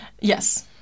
yes